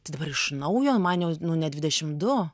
tai dabar iš naujo man jau nu ne dvidešim du